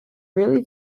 really